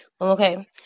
Okay